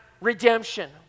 redemption